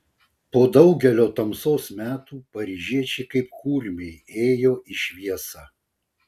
po daugelio tamsos metų paryžiečiai kaip kurmiai ėjo į šviesą